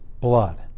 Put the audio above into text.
blood